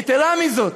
יתרה מזאת,